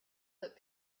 that